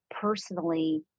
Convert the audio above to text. personally